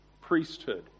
priesthood